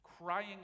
crying